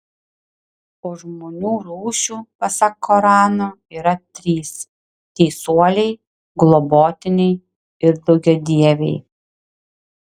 o žmonių rūšių pasak korano yra trys teisuoliai globotiniai ir daugiadieviai